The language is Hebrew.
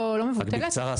לא מבוטלת --- אני מצטער,